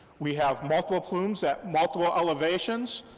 we have multiple plumes at multiple elevations.